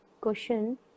question